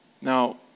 Now